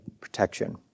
protection